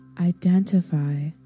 identify